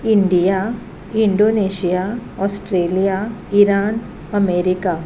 India Indonesia Australia Iran America